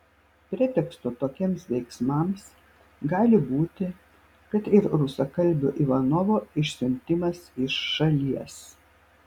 pretekstu tokiems veiksmams gali būti kad ir rusakalbio ivanovo išsiuntimas iš šalies